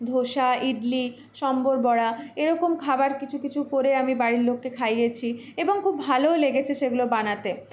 ধোসা ইডলি সম্বর বড়া এরকম খাবার কিছু কিছু করে আমার বাড়ির লোককে খাইয়েছি এবং খুব ভালোও লেগেছে সেগুলো বানাতে